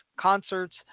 concerts